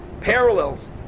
parallels